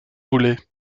voulez